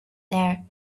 there